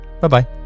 Bye-bye